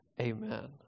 Amen